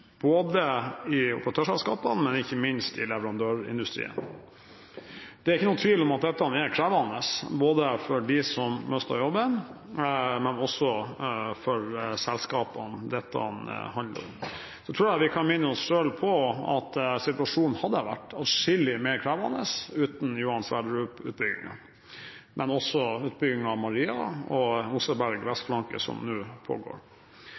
både i operatørselskapene og – ikke minst – i leverandørindustrien. Det er ingen tvil om at dette er krevende både for dem som mister jobben, og for selskapene dette handler om. Så tror jeg vi kan minne oss selv om at situasjonen hadde vært adskillig mer krevende uten Johan Sverdrup-utbyggingen og utbyggingen av Maria og Oseberg Vestflanken som nå pågår.